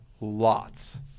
lots